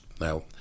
Now